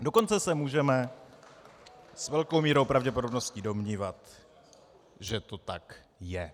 Dokonce se můžeme s velkou mírou pravděpodobnosti domnívat, že to tak je.